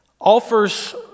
offers